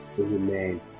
Amen